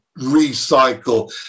recycle